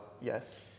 yes